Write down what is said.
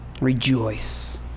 Rejoice